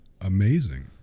amazing